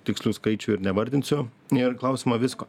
tikslų skaičių ir nevardinsiu ir klausiama visko